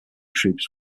troupes